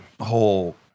whole